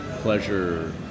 pleasure